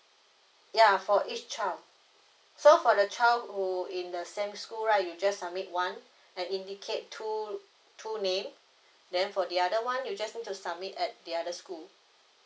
ya for each child so for the child who in the same school right you just submit one and indicate two two name then for the other one you just need to submit at the other school